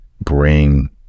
bring